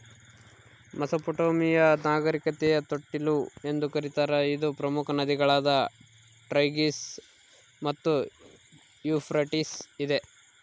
Mesopotamia ನಾಗರಿಕತೆಯ ತೊಟ್ಟಿಲು ಎಂದು ಕರೀತಾರ ಇದು ಪ್ರಮುಖ ನದಿಗಳಾದ ಟೈಗ್ರಿಸ್ ಮತ್ತು ಯೂಫ್ರಟಿಸ್ ಇದೆ